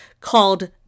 called